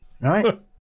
Right